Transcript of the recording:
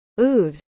OOD